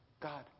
God